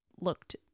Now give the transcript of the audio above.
looked